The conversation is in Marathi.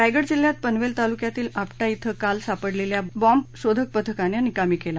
रायगड जिल्ह्यात पनवेल तालुक्यातील आपटा इथ काल सापडलेला बाँम्ब बॉम्बशोधक पथकाने निकामी केला